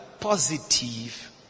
positive